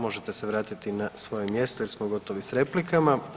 Možete se vratiti na svoje mjesto jer smo gotovi sa replikama.